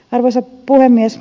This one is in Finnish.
arvoisa puhemies